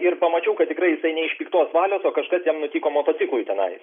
ir pamačiau kad tikrai jisai ne iš piktos valios o kažkas jam nutiko motociklui tenai